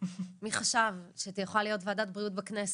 מי חשב שיכולה להיות ועדת בריאות בכנסת.